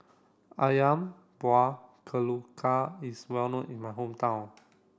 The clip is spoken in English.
Ayam Buah Keluak is well known in my hometown